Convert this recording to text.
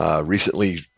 Recently